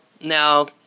Now